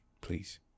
please